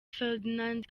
ferdinand